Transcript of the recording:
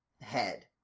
head